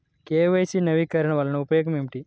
KYC నవీకరణ వలన ఉపయోగం ఏమిటీ?